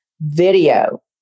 video